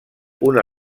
una